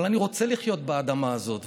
אבל אני רוצה לחיות באדמה הזאת,